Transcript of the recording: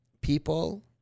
people